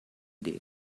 day